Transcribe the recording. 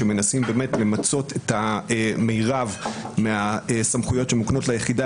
שמנסים למצות את המרב מהסמכויות שמוקנות ליחידה,